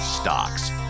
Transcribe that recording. Stocks